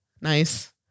nice